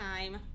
time